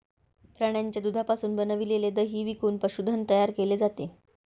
प्राण्यांच्या दुधापासून बनविलेले दही विकून पशुधन तयार केले जाते